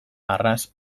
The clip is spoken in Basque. arras